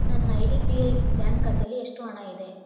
ನನ್ನ I D B I bank ಖಾತೇಲಿ ಎಷ್ಟು ಹಣ ಇದೆ